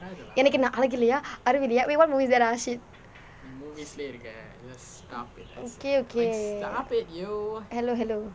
எனக்கு என்ன அழகு இல்லையா அறிவு இல்லையா:enakku enna alaku illaiyaa arivu illaiyaa wait what movie is that ah shit okay okay hello hello